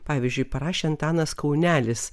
pavyzdžiui parašė antanas kaunelis